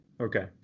Okay